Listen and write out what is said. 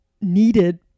needed